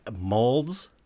molds